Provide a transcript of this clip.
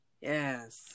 Yes